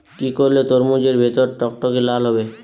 কি করলে তরমুজ এর ভেতর টকটকে লাল হবে?